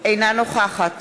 אינה נוכחת